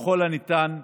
ככל הניתן.